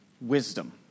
wisdom